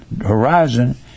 horizon